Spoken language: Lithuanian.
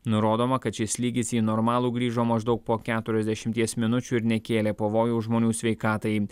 nurodoma kad šis lygis į normalų grįžo maždaug po keturiasdešimties minučių ir nekėlė pavojaus žmonių sveikatai